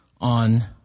on